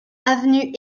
avenue